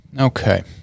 Okay